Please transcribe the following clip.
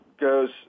goes